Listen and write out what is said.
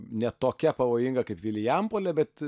ne tokia pavojinga kaip vilijampolė bet